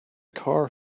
car